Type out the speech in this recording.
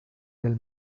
del